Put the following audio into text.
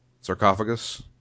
sarcophagus